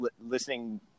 listening